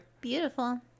beautiful